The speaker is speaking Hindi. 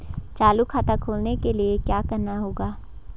चालू खाता खोलने के लिए क्या करना होगा?